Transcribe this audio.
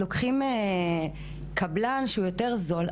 לוקחים קבלן שהוא יותר זול,